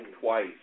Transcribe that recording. twice